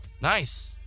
Nice